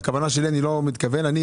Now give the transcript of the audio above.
אני,